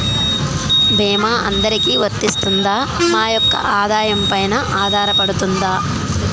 భీమా అందరికీ వరిస్తుందా? మా యెక్క ఆదాయం పెన ఆధారపడుతుందా?